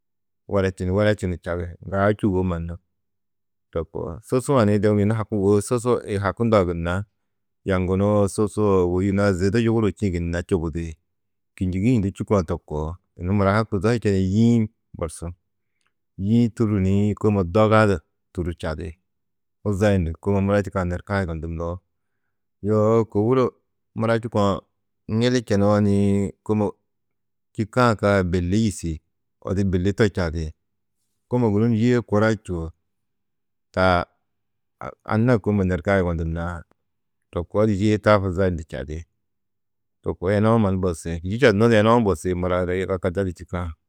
Werečini werečunu čagi ŋgaa čûwo mannu to koo, susu-ã ni de yunu wô haki susu hakundã gunna yaŋgunuo, susuo, wô yunua zidu yuguruu čîĩ gunna čubudi, kînjigi hundu čûkã to koo, yunu mura ha kuzo hi čenĩ yî-ĩ borsu. Yî-ĩ tûrru ni kômo doga du tûrru čadi. Huzayundu kômo mura čîkã nerkaa yugondunoo. Yoo kôwuro mura čûkã ŋili čenoo nii kômo čîkã kaa billi yîsi, odu billi to čadi. Kômo guru ni yîe kura čûo taa anna kômo nerkaa yugondunãá to koo di yîe taa huzayundu čadi. To koo enou mannu bosi, yî čadunodi enou bosi mura ôro yiga kadadi čîkã.